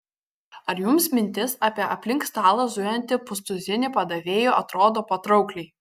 ar jums mintis apie aplink stalą zujantį pustuzinį padavėjų atrodo patraukliai